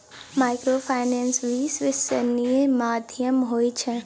Microfinance विश्वासनीय माध्यम होय छै?